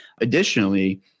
additionally